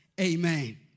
Amen